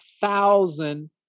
thousand